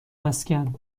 مسکن